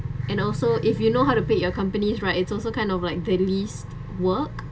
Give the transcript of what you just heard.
and also if you know how to pick your companies right it's also kind of like brand list work